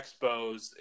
Expos